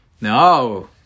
No